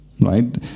Right